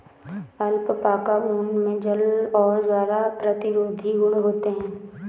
alpaca ऊन मे जल और ज्वाला प्रतिरोधी गुण होते है